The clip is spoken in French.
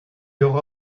aura